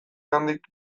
nondik